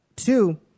Two